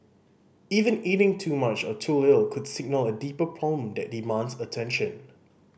even eating too much or too little could signal a deeper problem that demands attention